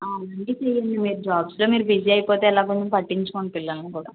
మీరు మీ జాబ్స్లో మీరు బిజీ అయిపోతే ఎలా కొంచెం పట్టించుకోండి పిల్లలని కూడా